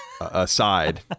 aside